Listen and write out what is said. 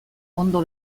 ondo